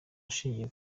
ushingiye